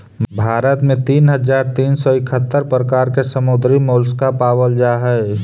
भारत में तीन हज़ार तीन सौ इकहत्तर प्रकार के समुद्री मोलस्का पाबल जा हई